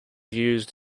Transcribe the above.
used